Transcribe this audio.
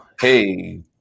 hey